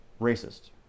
racist